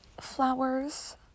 flowers